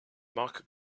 mark